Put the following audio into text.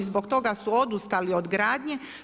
I zbog toga su odustali od gradnje.